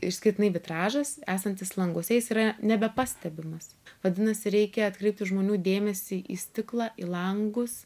išskirtinai vitražas esantis languose jis yra nebepastebimas vadinasi reikia atkreipti žmonių dėmesį į stiklą į langus